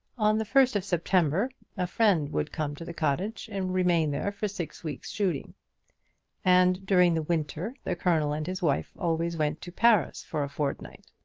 on the first of september a friend would come to the cottage and remain there for six weeks' shooting and during the winter the colonel and his wife always went to paris for a fortnight.